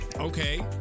okay